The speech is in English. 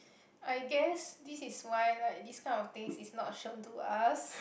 I guess this is why like this kind of thing is not shown to us